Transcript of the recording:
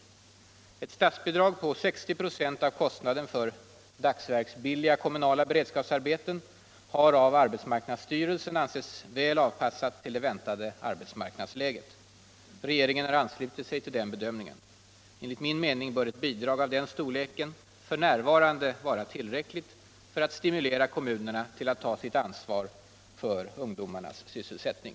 Ett statsbidrag på 60 96 av kostnaden för dagsverksbilliga kommunala beredskapsarbeten har av arbetsmarknadsstyrelsen ansetts väl avpassat till det väntade arbetsmarknadsläget. Regeringen har anslutit sig till denna bedömning. Enligt min mening bör ett bidrag av denna storlek f. n. vara tillräckligt för att stimulera kommunerna till att ta sitt ansvar för ungdomarnas sysselsättning.